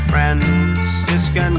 Francisco